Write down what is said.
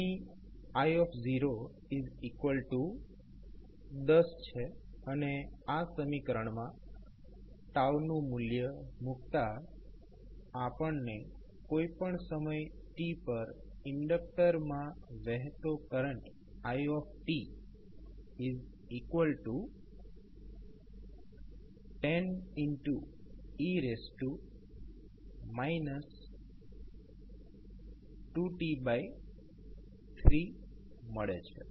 અહીં i10 છે અને આ સમીકરણમાં નું મૂલ્ય મુકતા આપણને કોઈપણ સમય t પર ઇન્ડક્ટરમાં વહેતો કરંટ i10 e 2t3મળે છે